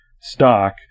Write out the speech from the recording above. stock